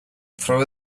throw